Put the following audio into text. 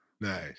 Nice